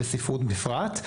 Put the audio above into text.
וספרות בכלל.